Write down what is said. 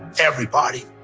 everybody.